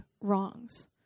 wrongs